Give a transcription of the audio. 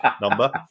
number